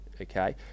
Okay